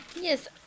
Yes